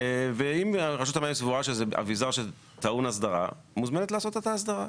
אם רשות המים סבורה שזה אביזר שטעון הסדרה היא מוזמנת לעשות את ההסדרה.